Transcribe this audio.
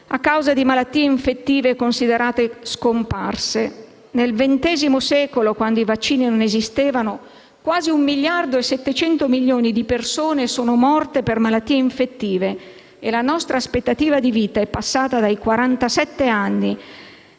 a causa di malattie infettive considerate scomparse! Nel XX secolo, quando i vaccini non esistevano, quasi 1,7 miliardi di persone sono morte per malattie infettive e la nostra aspettativa di vita è passata dai